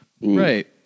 Right